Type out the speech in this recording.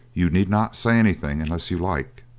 you need not say anything unless you like,